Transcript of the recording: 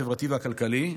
החברתי והכלכלי.